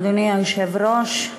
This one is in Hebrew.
אדוני היושב-ראש,